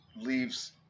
leaves